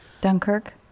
Dunkirk